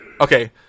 Okay